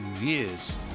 years